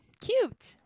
Cute